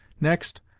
Next